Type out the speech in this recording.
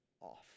off